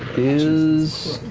is.